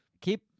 keep